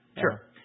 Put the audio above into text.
Sure